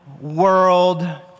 world